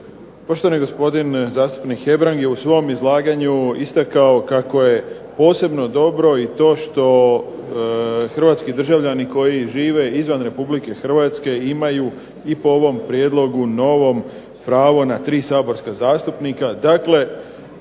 Poštovani gospodin zastupnik Hebrang je u svom izlaganju istakao kako je posebno dobro i to što hrvatski državljani koji žive izvan RH imaju i po ovom prijedlogu novom pravo na 3 saborska zastupnika.